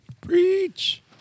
Preach